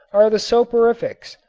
are the soporifics,